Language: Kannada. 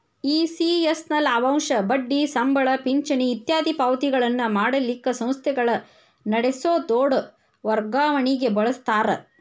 ಇ.ಸಿ.ಎಸ್ ನ ಲಾಭಾಂಶ, ಬಡ್ಡಿ, ಸಂಬಳ, ಪಿಂಚಣಿ ಇತ್ಯಾದಿ ಪಾವತಿಗಳನ್ನ ಮಾಡಲಿಕ್ಕ ಸಂಸ್ಥೆಗಳ ನಡಸೊ ದೊಡ್ ವರ್ಗಾವಣಿಗೆ ಬಳಸ್ತಾರ